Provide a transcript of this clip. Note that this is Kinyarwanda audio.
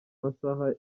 masaha